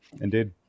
indeed